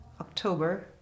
October